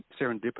serendipitous